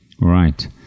Right